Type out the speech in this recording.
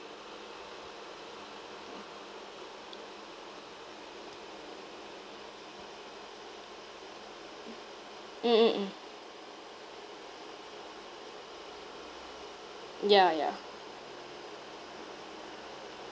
mm mm mm ya yeah